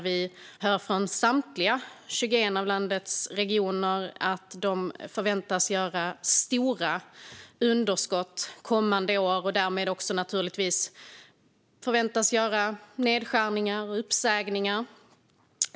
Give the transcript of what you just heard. Vi hör från landets samtliga 21 regioner att de förväntar sig att göra stora underskott kommande år och därmed naturligtvis också att få göra nedskärningar och uppsägningar.